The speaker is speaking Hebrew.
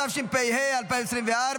התשפ"ה 2024,